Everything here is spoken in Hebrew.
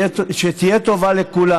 שתהיה טובה לכולם.